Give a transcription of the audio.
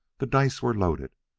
the dice were loaded.